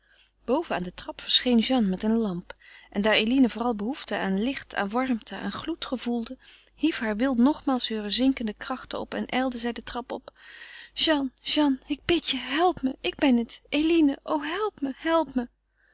aan de trap verscheen jeanne met een lamp en daar eline vooral behoefte aan licht aan warmte aan gloed gevoelde hief haar wil nogmaals heure zinkende krachten op en ijlde zij de trap op jeanne jeanne ik bid je help me ik ben het eline o help me help me